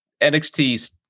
NXT